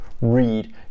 read